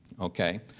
Okay